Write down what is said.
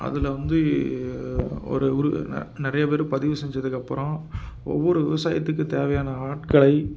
அதில் வந்து ஒரு உரு நெ நிறைய பேர் பதிவு செஞ்சதுக்கு அப்புறம் ஒவ்வொரு விவசாயத்துக்கு தேவையான ஆட்களை